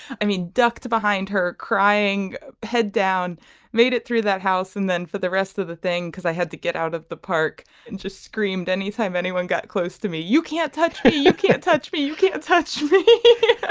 i mean ducked behind her crying head down made it through that house and then for the rest of the thing because i had to get out of the park and just screamed anytime anyone got close to me you can't touch me you can't touch me you can't touch ah